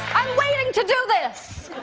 i'm waiting to do this! oh,